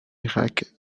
irak